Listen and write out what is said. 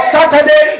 Saturday